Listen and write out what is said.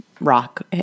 rock